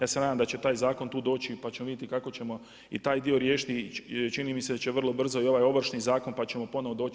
Ja se nam da će taj zakon tu doći pa ćemo vidjeti kako ćemo i taj dio riješiti i čini mi se da će vrlo brzo i ovaj Ovršni zakon pa ćemo ponovo doći.